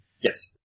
Yes